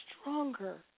stronger